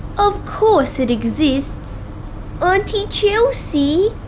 of course it exists auntie chelsea,